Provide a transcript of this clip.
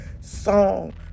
song